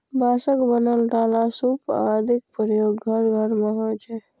बांसक बनल डाला, सूप आदिक प्रयोग घर घर मे होइ छै